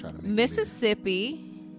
mississippi